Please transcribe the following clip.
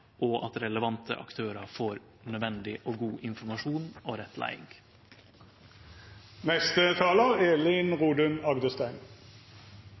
og at relevante aktørar får nødvendig og god informasjon og